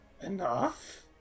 enough